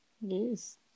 Yes